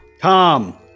Tom